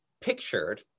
pictured